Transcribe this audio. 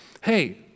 hey